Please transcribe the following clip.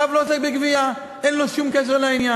רב לא עוסק בגבייה, אין לו שום קשר לעניין.